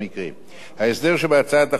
ההסדר שבהצעת החוק יאפשר לתובע,